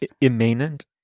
Immanent